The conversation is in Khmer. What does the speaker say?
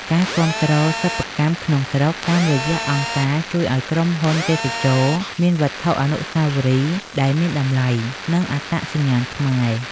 ការគាំទ្រសិប្បកម្មក្នុងស្រុកតាមរយៈអង្គការ ជួយឱ្យក្រុមហ៊ុនទេសចរណ៍មានវត្ថុអនុស្សាវរីយ៍ដែលមានតម្លៃ និងអត្តសញ្ញាណខ្មែរ។